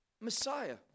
Messiah